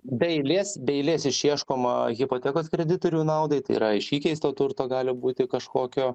be eilės be eilės išieškoma hipotekos kreditorių naudai tai yra iš įkeisto turto gali būti kažkokio